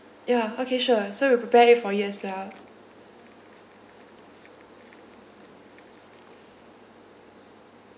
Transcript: ya okay sure so we'll prepare it for you as well